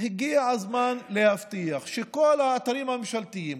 הגיע הזמן להבטיח שכל האתרים הממשלתיים,